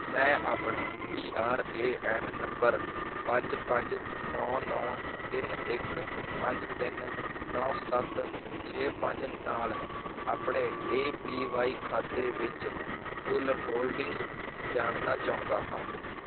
ਮੈਂ ਆਪਣੇ P R A N ਨੰਬਰ ਪੰਜ ਪੰਜ ਨੌਂ ਨੌਂ ਤਿੰਨ ਇੱਕ ਪੰਜ ਤਿੰਨ ਨੌਂ ਸੱਤ ਛੇ ਪੰਜ ਨਾਲ ਆਪਣੇ ਏ ਪੀ ਵਾਈ ਖਾਤੇ ਵਿੱਚ ਕੁੱਲ ਹੋਲਡਿੰਗਜ਼ ਜਾਣਨਾ ਚਾਹੁੰਦਾ ਹਾਂ